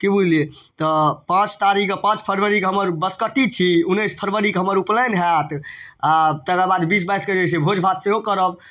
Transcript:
कि बुझलिए तऽ पाँच तारीखके पाँच फरवरीके हमर बसकट्टी छी उनैस फरवरीके हमर उपनैन हैत आओर तकर बाद बीस बाइसके जे छै से भोज भात सेहो करब